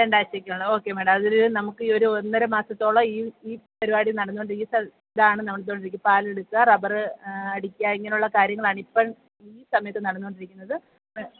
രണ്ടാഴ്ചക്കകം okay madam അതില് നമുക്ക് ഈ ഒരു ഒന്നര മാസത്തോളം പരിപാടി നടന്നുകൊണ്ടിരിക്കുക ഈ സ്ഥലം ഈ ഇതാണ് നടന്നുകൊണ്ടിരിക്കുക പാലെടുക്കുക റബറ് അടിക്കുക ഇങ്ങനെ ഉള്ള കാര്യങ്ങളാണ് ഇപ്പം ഈ സമയത്ത് നടന്നുകൊണ്ടിരിക്കുന്നത്